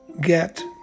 get